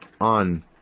on